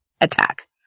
attack